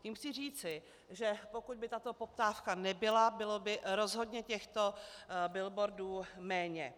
Tím chci říci, že pokud by tato poptávka nebyla, bylo by rozhodně těchto billboardů méně.